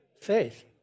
faith